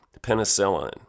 penicillin